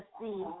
see